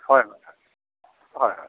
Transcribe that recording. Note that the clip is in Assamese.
হয় হয়হয় হয় হয়